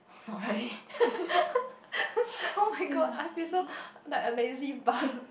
not really oh-my-god I feel so like a lazy bum